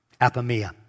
Apamea